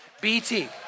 BT